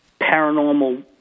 paranormal